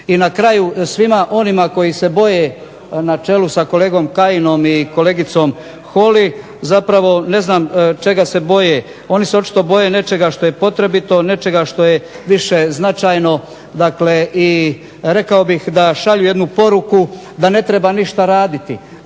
I na kraju, svima onima koji se boje na čelu sa kolegom Kajinom i kolegicom Holy, zapravo ne znam čega se boje. Oni se očito boje nečega što je potrebito, nečega što je više značajno, dakle i rekao bih da šalju jednu poruku da ne treba ništa raditi.